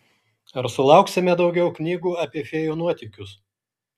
ar sulauksime daugiau knygų apie fėjų nuotykius